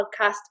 Podcast